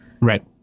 Right